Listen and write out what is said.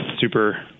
super